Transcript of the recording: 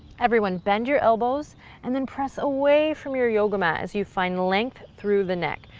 everyone bend your elbows and then press away from your yoga mat as you find length through the neck.